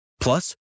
Plus